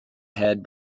head